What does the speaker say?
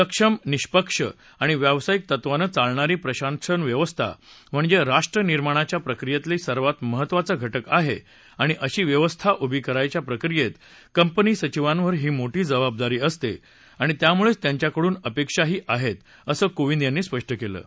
सक्षम निष्पक्ष आणि व्यावसायिक तत्वानं चालणारी प्रशासन व्यवस्था म्हणजे राष्ट्र निर्माणाच्या प्रक्रियेतला सर्वात महत्वाचा घटक आहे आणि अशी व्यवस्था उभी करायच्या प्रक्रियेत कंपनी सचिवांवर मोठी ही जबाबदारी असते आणि त्यामुळेच त्यांच्याकडून अपेक्षाही आहेतअसं कोविंद यांनी म्हटलं आहे